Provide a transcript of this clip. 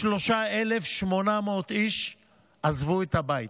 243,800 איש עזבו את הבית